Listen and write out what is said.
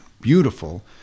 beautiful